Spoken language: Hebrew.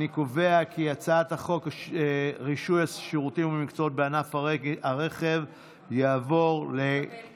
חוק רישוי שירותים ומקצועות בענף הרכב (תיקון מס' 7),